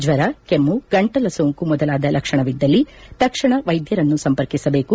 ಜ್ಲರ ಕೆಮ್ನು ಗಂಟಲ ಸೋಂಕು ಮೊದಲಾದ ಲಕ್ಷಣವಿದ್ದಲ್ಲಿ ತಕ್ಷಣ ವೈದ್ಯರನ್ನು ಸಂಪರ್ಕಿಸಬೇಕು